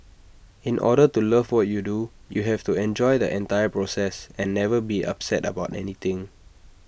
in order to love what you do you have to enjoy the entire process and never be upset about anything